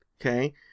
okay